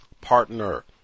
partner